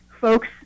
folks